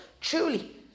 truly